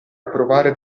approvare